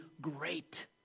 great